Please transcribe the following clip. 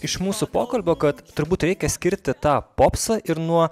iš mūsų pokalbio kad turbūt reikia skirti tą popsą ir nuo